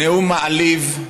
נאום מעליב.